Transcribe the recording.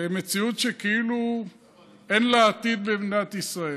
למציאות שכאילו אין לה עתיד במדינת ישראל.